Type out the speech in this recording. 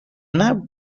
نبود